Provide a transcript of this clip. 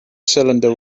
cylinder